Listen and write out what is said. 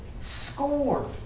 score